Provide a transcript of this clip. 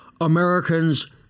Americans